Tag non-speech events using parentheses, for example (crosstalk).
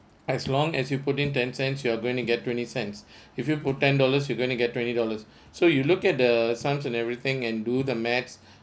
as long as you put in ten cents you are going to get twenty cents (breath) if you put ten dollars you going to get twenty dollars (breath) so you look at the sums and everything and do the maths